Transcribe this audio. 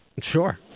sure